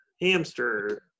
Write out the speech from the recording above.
Hamster